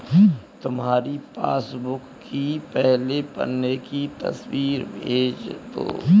तुम्हारी पासबुक की पहले पन्ने की तस्वीर भेज दो